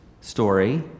story